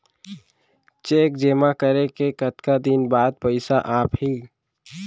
Cheque जेमा करें के कतका दिन बाद पइसा आप ही?